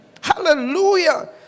Hallelujah